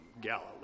Galilee